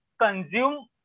consume